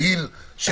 מהנהלת